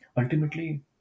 Ultimately